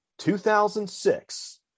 2006